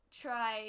Try